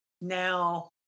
now